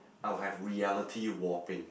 I will have reality warping